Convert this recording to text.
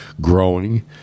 growing